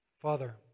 Father